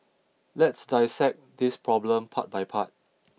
let's dissect this problem part by part